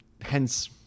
hence